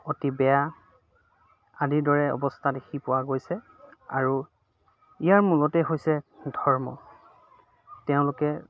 অতি বেয়া আদিৰ দৰে অৱস্থা দেখি পোৱা গৈছে আৰু ইয়াৰ মূলতে হৈছে ধৰ্ম তেওঁলোকে